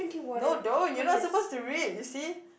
no don't you're not supposed to read you see